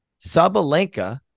Sabalenka